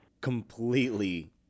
completely